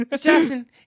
Jackson